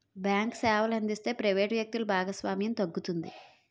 bank సేవలు అందిస్తే private వ్యక్తులు భాగస్వామ్యం తగ్గుతుంది